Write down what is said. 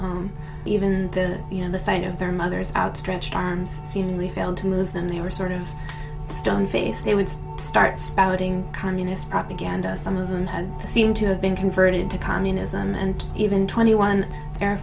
home even then in the side of their mothers outstretched arms seemingly failed to move them they were sort of stone faced they would start spouting communist propaganda some of them had seemed to have been converted to communism and even twenty one air